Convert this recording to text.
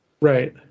Right